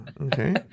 Okay